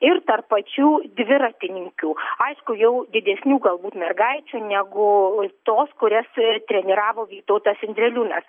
ir tarp pačių dviratininkių aišku jau didesnių galbūt mergaičių negu tos kurias treniravo vytautas indreliūnas